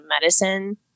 medicine